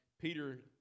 Peter